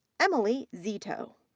emily zito.